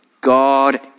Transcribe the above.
God